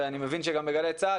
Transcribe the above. ואני מבין שגם בגלי צה"ל,